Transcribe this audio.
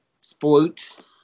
sports